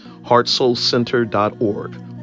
heartsoulcenter.org